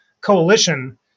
coalition